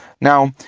now,